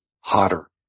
hotter